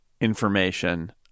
information